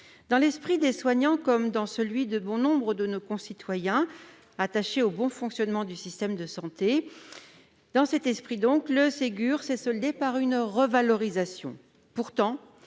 Dans l'esprit des soignants comme dans celui de bon nombre de nos concitoyens, attachés au bon fonctionnement du système de santé, le Ségur s'est soldé par une revalorisation.